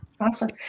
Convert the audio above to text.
awesome